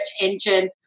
engine